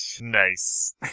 Nice